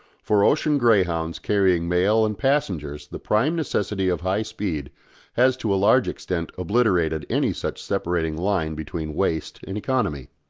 for ocean greyhounds carrying mails and passengers the prime necessity of high speed has to a large extent obliterated any such separating line between waste and economy.